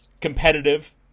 competitive